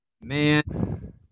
Man